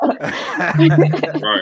right